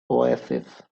oasis